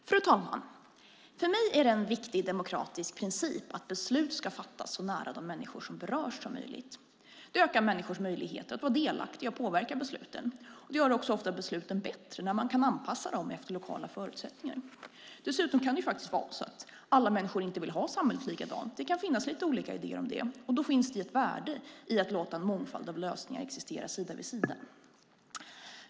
Fru talman! För mig är det en viktig demokratisk princip att beslut ska fattas så nära de människor som berörs som möjligt. Det ökar människors möjligheter att vara delaktiga och påverka besluten. Det gör också besluten bättre när man kan anpassa dem efter lokala förutsättningar. Dessutom kan det faktiskt vara så att alla människor inte vill ha samhället likadant. Det kan finnas lite olika idéer om det, och då finns det ett värde i att låta en mångfald av lösningar existera sida vid sida.